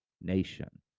nation